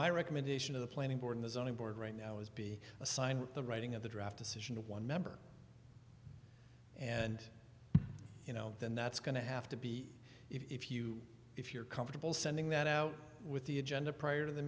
my recommendation to the planning board in the zoning board right now is be assigned the writing of the draft decision to one member and you know then that's going to have to be if you if you're comfortable sending that out with the agenda prior to the